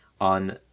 on